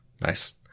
Nice